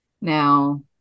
Now